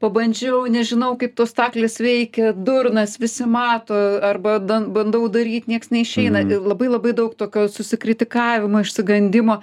pabandžiau nežinau kaip tos staklės veikia durnas visi mato arba dan bandau daryt nieks neišeina ir labai labai daug tokio susikritikavimo išsigandimo